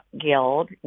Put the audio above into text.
Guild